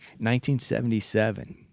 1977